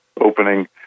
opening